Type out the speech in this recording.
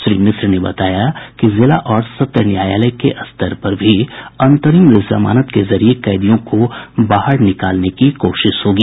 श्री मिश्र ने बताया कि जिला और सत्र न्यायालय के स्तर पर भी अंतरिम जमानत के जरिये कैदियों को बाहर निकालने की कोशिश होगी